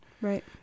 Right